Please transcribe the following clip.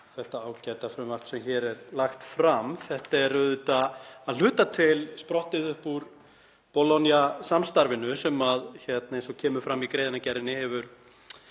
þetta ágæta frumvarp sem hér er lagt fram. Þetta er að hluta til sprottið upp úr Bologna-samstarfinu sem, eins og kemur fram í greinargerðinni, hefur